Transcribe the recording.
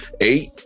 Eight